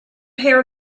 hair